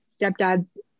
stepdad's